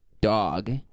dog